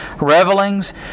revelings